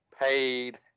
paid